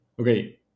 Okay